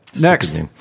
Next